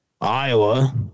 Iowa